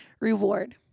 reward